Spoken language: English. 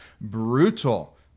brutal